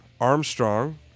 Armstrong